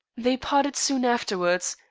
they parted soon afterwards,